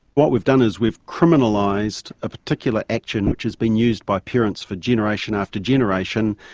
what we've done is, we've criminalised a particular action which has been used by parents for generation after generation,